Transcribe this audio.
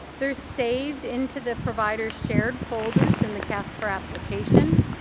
they're saved into the provider's shared folders in the casper application.